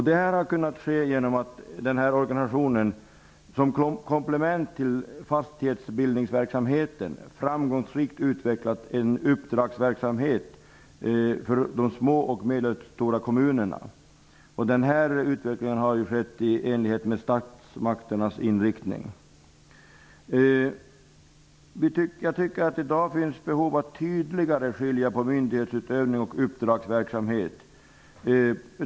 Det här har varit ett komplement till fastighetsbildningsverksamheten. Framgångsrikt har en uppdragsverksamhet utvecklats för de små och medelstora kommunerna. Den här utvecklingen har skett i enlighet med statsmakternas inriktning. Jag menar att det i dag finns behov av att tydligare skilja mellan myndighetsutövning och uppdragsverksamhet.